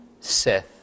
Seth